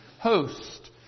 host